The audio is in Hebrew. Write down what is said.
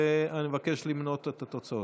ואני מבקש למנות את התוצאות.